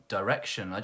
direction